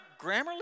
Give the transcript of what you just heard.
grammarly